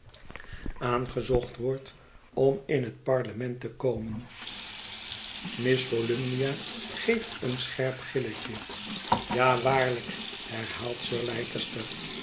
aangezocht wordt om in het parlement te komen miss volumnia geeft een scherp gilletje ja waarlijk hehaalt sir